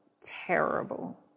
terrible